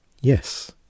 Yes